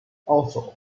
also